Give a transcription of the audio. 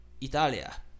Italia